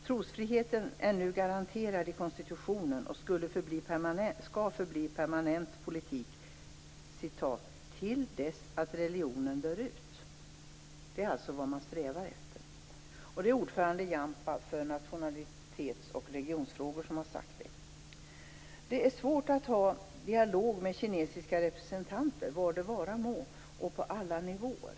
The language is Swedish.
Trosfriheten är nu garanterad i konstitutionen och skall förbli permanent politik 'till dess att religionen dör ut'" - det är alltså vad man strävar efter. Det är Jampa, ordförande för nationalitets och religionsfrågor som har sagt detta. Det är svårt att ha en dialog med kinesiska representanter, var det vara må, och på alla nivåer.